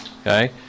Okay